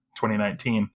2019